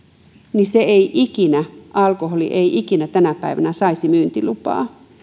niin alkoholi ei ikinä tänä päivänä saisi myyntilupaa